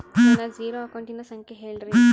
ನನ್ನ ಜೇರೊ ಅಕೌಂಟಿನ ಸಂಖ್ಯೆ ಹೇಳ್ರಿ?